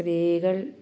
സ്ത്രീകൾ